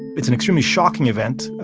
it's an extremely shocking event.